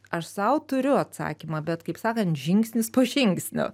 aš sau turiu atsakymą bet kaip sakant žingsnis po žingsnio